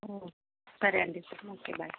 సరే అండి okay by